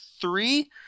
three